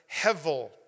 hevel